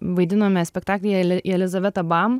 vaidinome spektaklyje jelizaveta bam